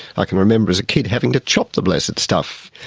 i can remember as a kid having to chop the blessed stuff.